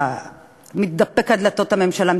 מתדפק על דלתות הממשלה,